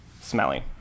smelly